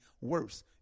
worse